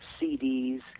CDs